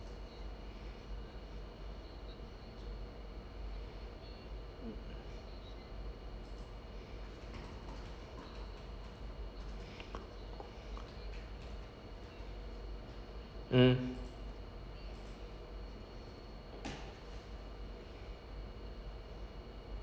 mm